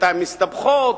בינתיים מסתבכות,